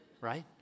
right